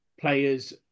players